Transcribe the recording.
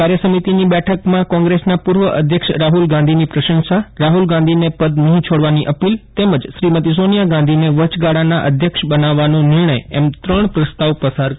કાર્ય સમિતિની બેઠકમાં કોંગ્રેસના પૂર્વ અઘ્યક્ષ રાહુલ ગાંધીની પ્રશંસા રાહુલ ગાંધીને પદ નહિં છોડવાની અપીલ તેમજ શ્રીમતી સોનિયા ગાંધીને વયગાળાના અઘ્યક્ષ બનાવવાનો નિર્ણય એમ ત્રણ પ્રસ્તાવ પસાર કરાયા હતા